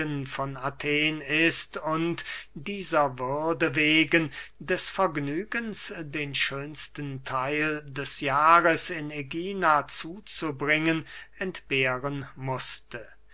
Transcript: von athen ist und dieser würde wegen des vergnügens den schönsten theil des jahres in ägina zuzubringen entbehren mußte